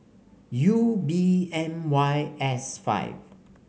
U B M Y S five